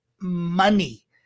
money